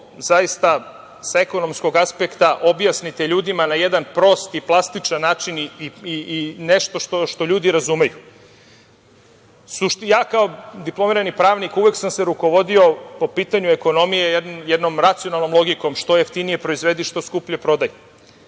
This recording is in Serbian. zaista sa ekonomskog aspekta objasnite ljudima na jedan prost i plastičan način i nešto što ljudi razumeju. Ja kao diplomirani pravnik uvek sam se rukovodio po pitanju ekonomije jednom racionalnom logikom – što jeftinije proizvedi, što skuplje prodaj.